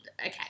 Okay